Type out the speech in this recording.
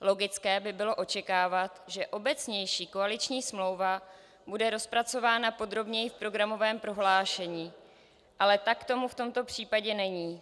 Logické by bylo očekávat, že obecnější koaliční smlouva bude rozpracována podrobněji v programovém prohlášení, ale tak tomu v tomto případě není.